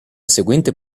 seguente